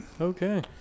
Okay